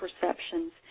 perceptions